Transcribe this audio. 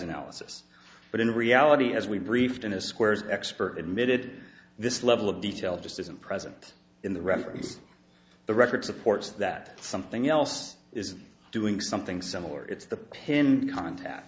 analysis but in reality as we briefed in a squares expert admitted this level of detail just isn't present in the reference the record supports that something else is doing something similar it's the pin contact